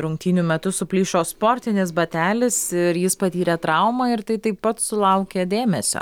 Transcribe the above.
rungtynių metu suplyšo sportinis batelis ir jis patyrė traumą ir tai taip pat sulaukė dėmesio